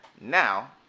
Now